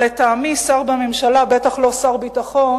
אבל לטעמי, שר בממשלה, בטח לא שר ביטחון,